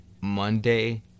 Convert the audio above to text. Monday